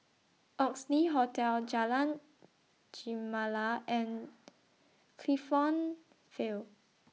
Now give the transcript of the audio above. Oxley Hotel Jalan Gemala and Clifton Vale